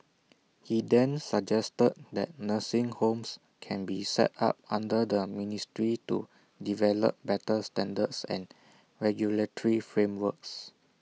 he then suggested that nursing homes can be set up under the ministry to develop better standards and regulatory frameworks